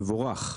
מבורך.